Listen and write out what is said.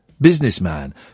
businessman